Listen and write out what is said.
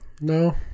No